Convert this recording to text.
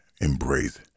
embrace